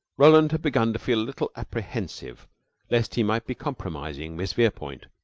roland had begun to feel a little apprehensive lest he might be compromising miss verepoint.